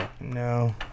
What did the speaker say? No